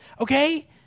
okay